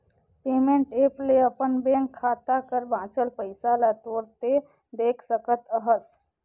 payment app ले अपन bank खाता कर बांचल पइसा ल तुरते देख सकत अहस